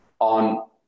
on